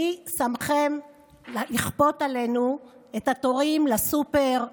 מי שמכם לכפות עלינו את התורים לסופר,